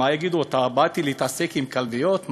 מה יגידו, שבאתי להתעסק עם כלביות?